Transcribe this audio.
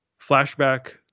flashback